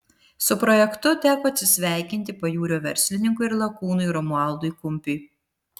su projektu teko atsisveikinti pajūrio verslininkui ir lakūnui romualdui kumpiui